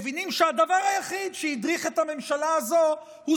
מבינים שהדבר היחיד שהדריך את הממשלה הזאת הוא